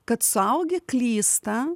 kad suaugę klysta